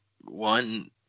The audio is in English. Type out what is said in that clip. one